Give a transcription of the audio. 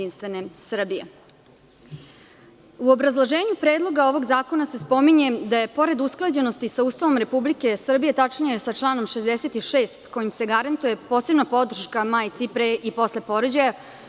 U obrazloženju predloga ovog zakona se spominje da je pored usklađenosti sa Ustavom Republike Srbije tačnije sa članom 66. kojim se garantuje posebna podrška majci i pre i posle porođaja.